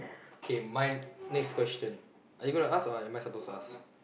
K my next question are you gonna ask or am I supposed to ask